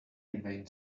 remain